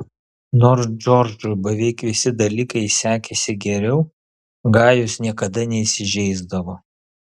nors džordžui beveik visi dalykai sekėsi geriau gajus niekada neįsižeisdavo